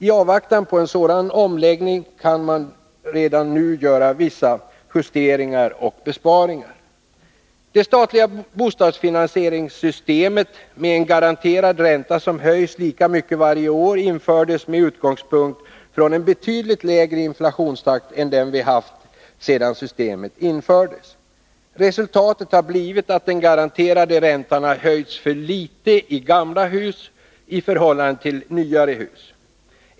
I avvaktan på en sådan omläggning kan dock redan nu vissa justeringar och besparingar göras. Det statliga bostadsfinansieringssystemet med en garanterad ränta som höjs lika mycket varje år infördes med utgångspunkt i en betydande lägre inflationstakt än den vi haft sedan systemet infördes. Resultatet har blivit att den garanterade räntan har höjts för litet i gamla hus i förhållande till nyare hus.